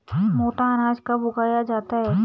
मोटा अनाज कब उगाया जाता है?